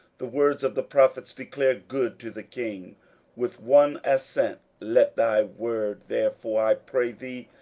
the words of the prophets declare good to the king with one assent let thy word therefore, i pray thee,